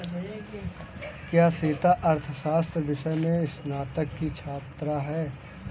क्या सीता अर्थशास्त्र विषय में स्नातक की छात्रा है?